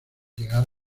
llegar